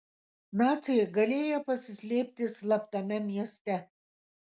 naciai galėję pasislėpti slaptame mieste